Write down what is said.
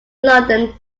london